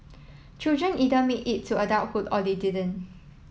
children either made it to adulthood or they didn't